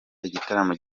igitaramo